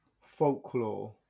Folklore